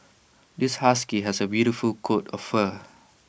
this husky has A beautiful coat of fur